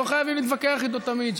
לא חייבים להתווכח איתו תמיד.